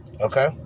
okay